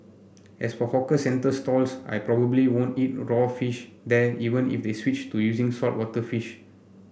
as for hawker centre stalls I probably won't eat raw fish there even if they switched to using saltwater fish